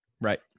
Right